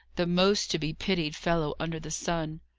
the most-to-be-pitied fellow under the sun.